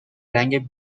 رنگ